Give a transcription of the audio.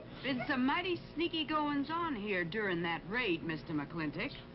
been some mighty sneaky goings-on here during that raid, mr. mclintock.